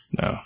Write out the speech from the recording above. No